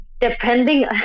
Depending